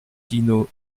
dino